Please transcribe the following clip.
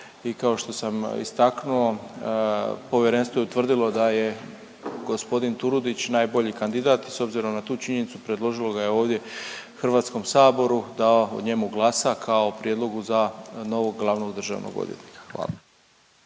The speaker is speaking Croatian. i kao što sam istaknuo povjerenstvo je utvrdilo da je gospodin Turudić najbolji kandidat. S obzirom na tu činjenicu predložilo ga je ovdje Hrvatskom saboru da o njemu glasa kao prijedlogu za novog glavnog državnog odvjetnika. Hvala.